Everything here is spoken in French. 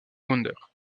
wonder